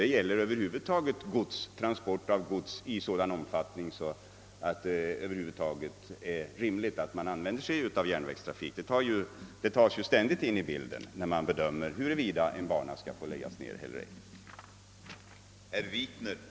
Detta gäller över huvud taget transport av gods i sådan omfattning, att det är rimligt att använda järnväg. Det tas ständigt in i bilden när man bedömer huruvida en bana skall få läggas ned eller ej.